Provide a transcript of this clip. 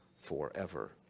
forever